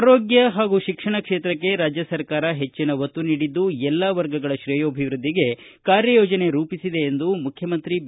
ಆರೋಗ್ಯ ಹಾಗೂ ಶಿಕ್ಷಣ ಕ್ಷೇತ್ರಕ್ಕೆ ರಾಜ್ಯ ಸರ್ಕಾರವು ಹೆಚ್ಚಿನ ಒತ್ತು ನೀಡಿದ್ದು ಎಲ್ಲಾ ವರ್ಗಗಳ ಶ್ರೇಯೋಭಿವೃದ್ಧಿಗೆ ಕಾರ್ಯಯೋಜನೆ ರೂಪಿಸಿದೆ ಎಂದು ಮುಖ್ಯಮಂತ್ರಿ ಬಿ